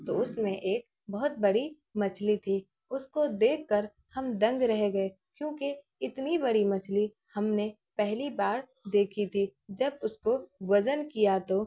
تو اس میں ایک بہت بڑی مچھلی تھی اس کو دیکھ کر ہم دنگ رہ گئے کیونکہ اتنی بڑی مچھلی ہم نے پہلی بار دیکھی تھی جب اس کو وزن کیا تو